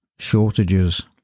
Shortages